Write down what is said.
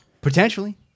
Potentially